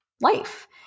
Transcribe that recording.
life